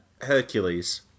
Hercules